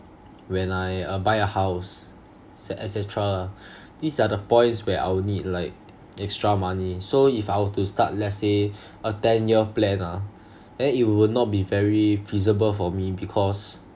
when I uh buy a house set et cetera lah these are points where I will need like extra money so if I were to start let's say a ten year plan ah then it will not be very feasible for me because